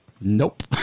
Nope